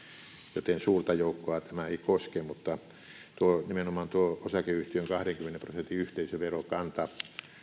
joten suurta joukkoa tämä ei koske mutta nimenomaan tuo osakeyhtiön kahdenkymmenen prosentin yhteisöverokanta